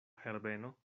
herbeno